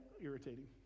irritating